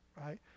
right